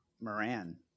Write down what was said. Moran